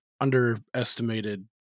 underestimated